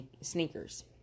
sneakers